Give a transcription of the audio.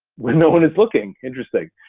when no one is looking, interesting.